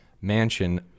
mansion